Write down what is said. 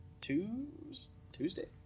Tuesday